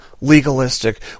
legalistic